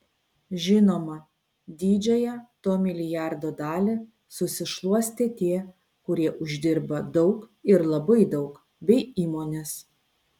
žinoma didžiąją to milijardo dalį susišluos tie kurie uždirba daug ir labai daug bei įmonės